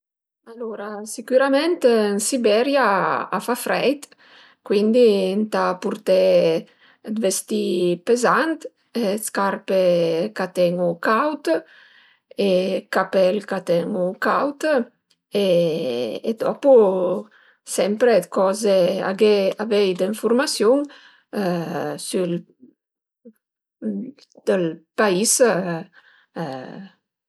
Alura sicürament ën Siberia a fa freit cuindi ëntà purté d'vestì pezant, dë scarpe ch'a tenu caud e capèl ch'a tenu caud e dop sempre d'coze, aghé avei d'enfurmasiun sül dël pais